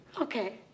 Okay